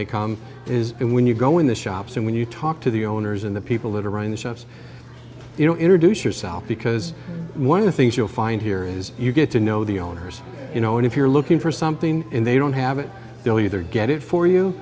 they come is it when you go in the shops and when you talk to the owners and the people that are running the shops you know introduce yourself because one of the things you'll find here is you get to know the owners you know what if you're looking for something and they don't have it they'll either get it for you